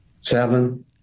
Seven